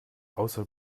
außer